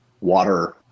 water